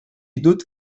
ditut